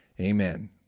amen